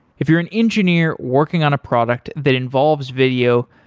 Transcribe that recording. if you're an engineer working on a product that involves video,